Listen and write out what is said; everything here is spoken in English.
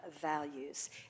values